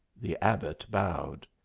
the abbot bowed.